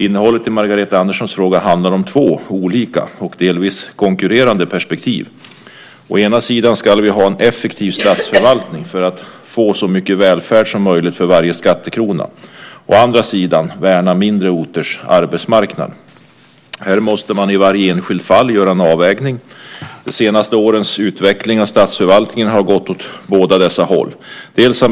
Innehållet i Margareta Anderssons fråga handlar om två olika och delvis konkurrerande perspektiv. Å ena sidan ska vi ha en effektiv statsförvaltning för att få så mycket välfärd som möjligt för varje skattekrona och å andra sidan värna mindre orters arbetsmarknad. Här måste man i varje enskilt fall göra en avvägning. De senaste årens utveckling av statsförvaltningen har gått åt båda dessa håll.